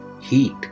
heat